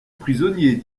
prisonnier